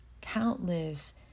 countless